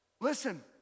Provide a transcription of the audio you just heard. Listen